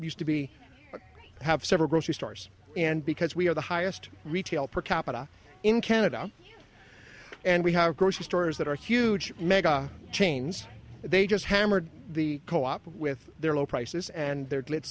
used to be have several grocery stores and because we have the highest retail per capita in canada and we have grocery stores that are huge mega chains they just hammered the co op with their low prices and